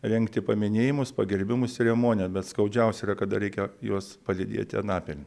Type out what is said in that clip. rengti paminėjimus pagerbimų ceremonijas bet skaudžiausia yra kada reikia juos palydėti anapilin